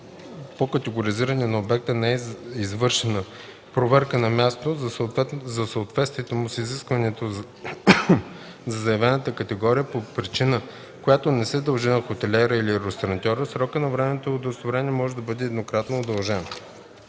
по категоризиране на обекта не е извършена проверка на място за съответствието му с изискванията за заявената категория, по причина, която не се дължи на хотелиера или ресторантьора, срокът на временното удостоверение може да бъде еднократно удължен.